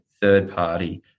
third-party